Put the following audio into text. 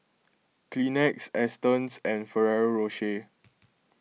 Kleenex Astons and Ferrero Rocher